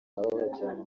babajyana